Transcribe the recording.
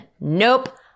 Nope